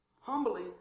humbly